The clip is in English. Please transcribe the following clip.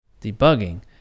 debugging